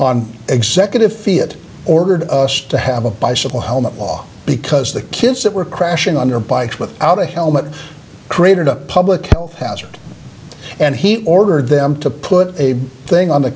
on executive fee it ordered us to have a bicycle helmet law because the kids that were crashing on their bikes with out a helmet created a public health hazard and he ordered them to put a thing on the